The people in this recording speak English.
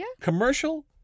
commercial